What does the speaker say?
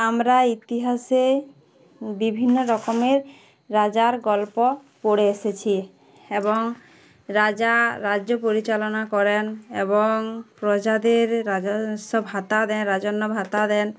আমরা ইতিহাসে বিভিন্ন রকমের রাজার গল্প পড়ে এসেছি এবং রাজা রাজ্য পরিচালনা করেন এবং প্রজাদের রাজস্ব ভাতা দেন রাজন্য ভাতা দেন